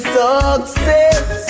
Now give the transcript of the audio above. success